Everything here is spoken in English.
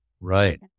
Right